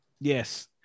Yes